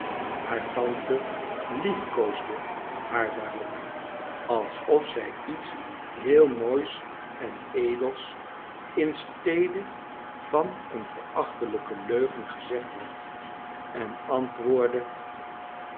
haar tante liefkoosde haar daarop alsof zij iets heel moois en edels in stedc van een verachtelijken leugen gezegd had en antwoordde